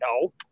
No